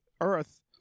earth